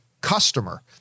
customer